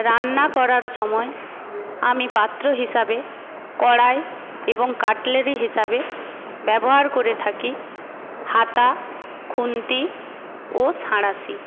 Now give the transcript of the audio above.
রান্না করার সময় আমি পাত্র হিসাবে কড়াই এবং কাটলেরি হিসাবে ব্যবহার করে থাকি হাতা খুন্তি ও সাঁড়াশি